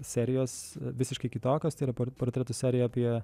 serijos visiškai kitokios tai yra port portretų serija apie